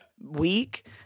week